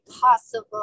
possible